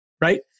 right